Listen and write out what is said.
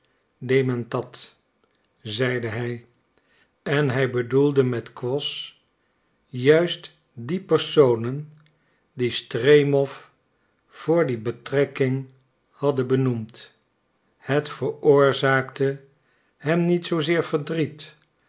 dementat zeide hij en bedoelde met quos juist die personen die stremow voor die betrekking hadden benoemd het veroorzaakte hem niet zoozeer verdriet